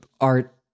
art